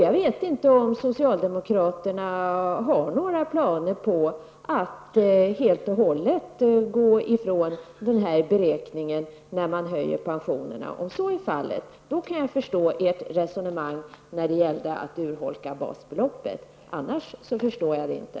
Jag vet inte om socialdemokraterna har några planer på att helt och hållet gå ifrån denna beräkning när man höjer pensionerna. Om så är fallet kan jag förstå ert resonemang när det gäller att urholka basbeloppet, annars förstår jag det inte.